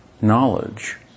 knowledge